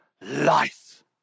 life